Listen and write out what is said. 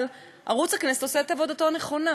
אבל ערוץ הכנסת עושה את עבודתו נכונה.